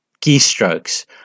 keystrokes